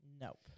Nope